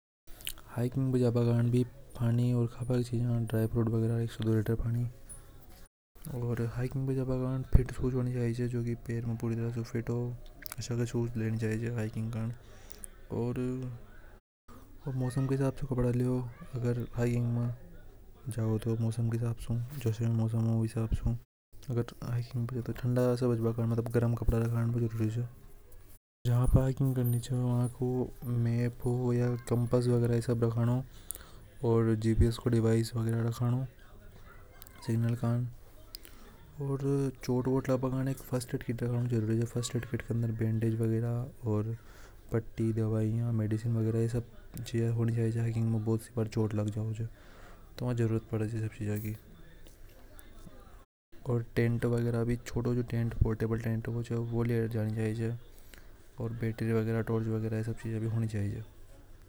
हैकिंग पे जा बा कंजे पानी ओर हैकिंग पे जब कंजे फिट शूज़ होना चाहिए च जो फिट हो आशय का शूज़ लेनी चाहिए च ओर मौसम के हिसाब से कपड़ा अगर हैंगिंग में चाव तो मौसम के हिसाब से ठंडा से बचबा कंजे कपड़ा रखना चाहिए हैंगिंग करवा कंजे ओर जेपीस का डिवाइस ओर चोट वोट कंजे एक फ्रस्टेड बॉक्स बैंडेज वगैरा पट्टी दवाई ओर भी गनी सारी चीजा। चोट लगवा पे काम आवे ओर टेंट भी रेवे चिता सो टेंट। वो ली जानी चाहिए और बैटरी वगैरह टॉर्च वगैरह वो सब लेके जानी चाहिए च।